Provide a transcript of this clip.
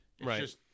Right